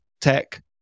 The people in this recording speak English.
tech